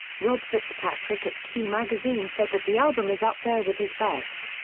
rob fitzpatrick at q magazine said that the album is up there with his best.